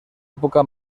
època